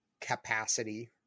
capacity